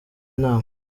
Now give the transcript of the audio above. nama